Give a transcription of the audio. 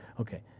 Okay